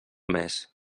mes